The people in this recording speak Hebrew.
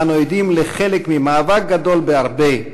אנו עדים לחלק ממאבק גדול בהרבה,